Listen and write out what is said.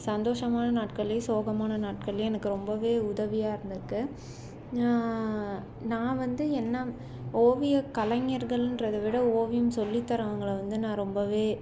சந்தோஷமான நாட்கள்லையும் சோகமான நாட்கள்லையும் எனக்கு ரொம்பவே உதவியாக இருந்திருக்கு நான் வந்து என்னை ஓவியக்கலைஞர்கள்ன்றதை விட ஓவியம் சொல்லித் தரறவங்களை வந்து நான் ரொம்பவே